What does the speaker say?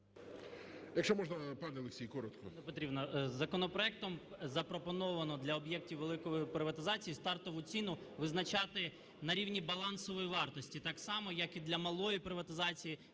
Якщо можна, пане Олексію, коротко.